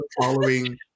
Following